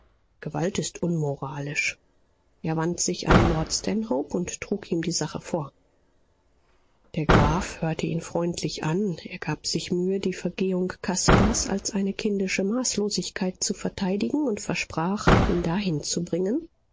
gewalt ist unmoralisch er wandte sich an lord stanhope und trug ihm die sache vor der graf hörte ihn freundlich an er gab sich mühe die vergehung caspars als eine kindische maßlosigkeit zu verteidigen und versprach ihn dahin zu bringen